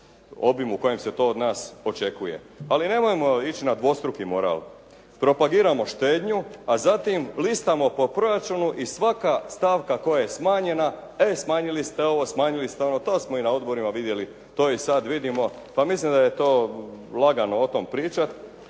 obimu u kojem se to od nas očekuje. Ali nemojmo ići na dvostruki moral. Propagiramo štednju, a zatim listamo po proračunu i svaka stavka koja je smanjena, e smanjili ste ovo, smanjili ste ono, to smo i na odborima vidjeli, to i sada vidimo pa mislim da je lagano o tome pričati,